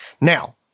Now